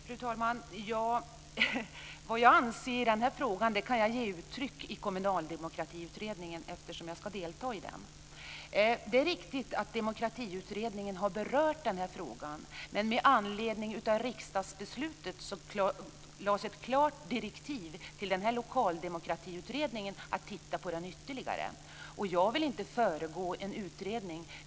Fru talman! Vad jag anser i den här frågan kan jag ge uttryck för i den kommunala demokratiutredningen, eftersom jag ska delta i den. Det är riktigt att Demokratiutredningen har berört den här frågan. Men med anledning av riksdagsbeslutet lades ett klart direktiv till den kommunala demokratiutredningen att titta på den ytterligare. Jag vill inte föregripa en utredning.